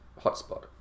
hotspot